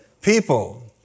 People